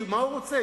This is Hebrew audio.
כי מה הוא רוצה?